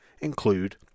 include